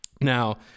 Now